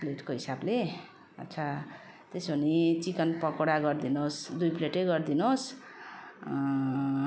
प्लेटको हिसाबले अच्छा त्यसो भने चिकन पकोडा गरी दिनु होस् दुई प्लेटै गरी दिनु होस्